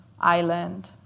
island